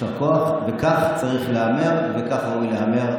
יישר כוח, וכך צריך להיאמר, וכך הוא ייאמר.